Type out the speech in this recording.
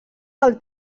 del